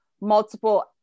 multiple